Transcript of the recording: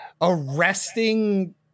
arresting